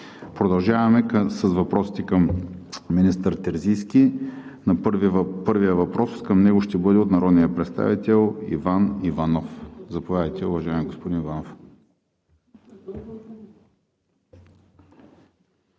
Продължаваме с въпросите към министър Терзийски. Първият въпрос към него ще бъде от народния представител Иван Иванов. Заповядайте, уважаеми господин Иванов.